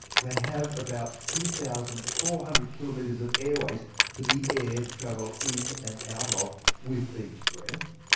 they have about two thousand four hundred kilometres of airways for the air to travel in and out of with each breath,